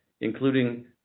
including